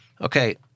Okay